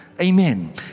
Amen